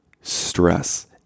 stress